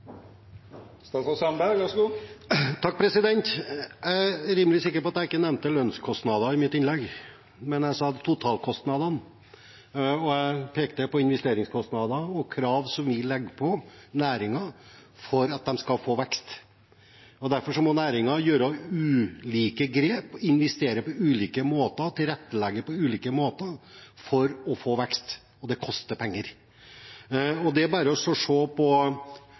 rimelig sikker på at jeg ikke nevnte lønnskostnader i mitt innlegg, men jeg sa totalkostnadene, og jeg pekte på investeringskostnader og krav som vi legger på næringen for at den skal få vekst. Derfor må næringen ta ulike grep, investere på ulike måter, tilrettelegge på ulike måter for å få vekst, og det koster penger. Bare se på de mange selskapene som i dag har et kostnivå som er tett oppunder 40 kr. Man kan si at det er